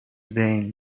بین